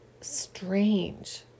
strange